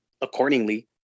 accordingly